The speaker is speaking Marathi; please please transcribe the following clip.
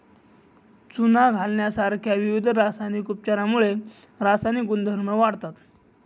चुना घालण्यासारख्या विविध रासायनिक उपचारांमुळे रासायनिक गुणधर्म वाढतात